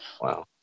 Wow